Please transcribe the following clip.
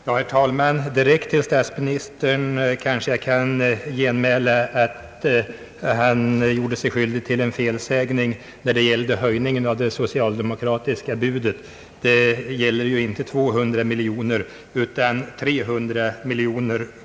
Herr talman! Direkt till statsministern kan jag genmäla, att han gjorde sig skyldig till en felsägning när det gällde höjningen av det socialdemokratiska budet. Det rörde sig ju inte om 200 miljoner kronor utan om 300 miljoner.